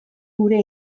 gure